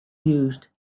used